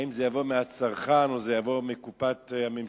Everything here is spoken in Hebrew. האם זה יבוא מהצרכן או שזה יבוא מקופת הממשלה?